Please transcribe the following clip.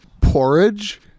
Porridge